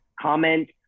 comment